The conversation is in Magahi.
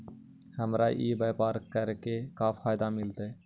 हमरा ई व्यापार करके का फायदा मिलतइ?